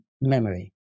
memory